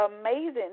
amazing